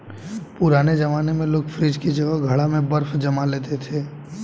पुराने जमाने में लोग फ्रिज की जगह घड़ा में बर्फ जमा लेते थे